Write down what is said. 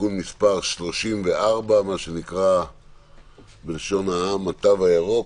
(תיקון מס' 34), מה שנקרא בלשון העם "התו הירוק".